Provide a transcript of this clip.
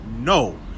no